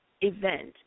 event